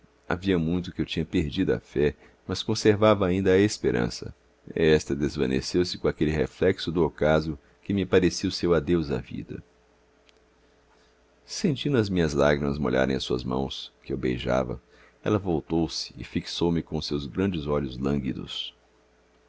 havia muito que eu tinha perdido a fé mas conservava ainda a esperança esta desvaneceu se com aquele reflexo do ocaso que me parecia o seu adeus à vida sentindo as minhas lágrimas molharem as suas mãos que eu beijava ela voltou-se e fixou me com os seus grandes olhos